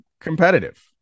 competitive